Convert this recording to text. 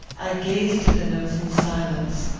i gazed at the notes in silence.